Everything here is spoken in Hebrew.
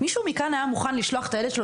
מישהו מכאן היה מוכן לשלוח את הילד שלו